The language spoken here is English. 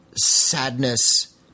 sadness